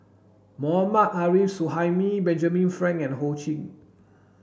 Mohammad Arif Suhaimi Benjamin Frank and Ho Ching